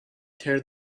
tear